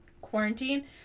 quarantine